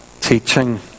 teaching